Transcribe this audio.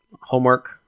homework